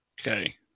Okay